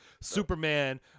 Superman